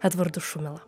edvardu šumila